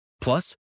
Plus